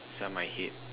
inside my head